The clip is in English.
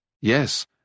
Yes